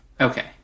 Okay